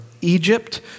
Egypt